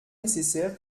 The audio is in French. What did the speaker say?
nécessaire